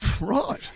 Right